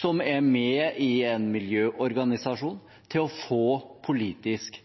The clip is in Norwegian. som er med i en miljøorganisasjon, til å få politisk